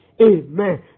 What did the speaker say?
amen